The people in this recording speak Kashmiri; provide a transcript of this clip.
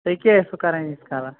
تُہۍ کیاہ ٲسوٕ کَران ییٖتس کالس